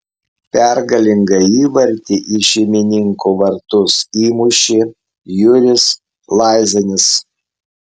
pergalingą įvartį į šeimininkų vartus įmušė juris laizanis